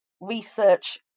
research